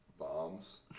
Bombs